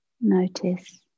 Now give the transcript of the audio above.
notice